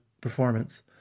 performance